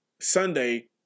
Sunday